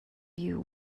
you